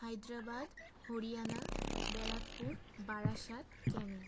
Hyderabad Haryana Barrackpore Barasat Canning